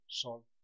solve